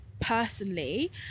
personally